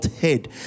head